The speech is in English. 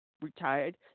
retired